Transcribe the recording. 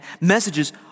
messages